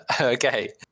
Okay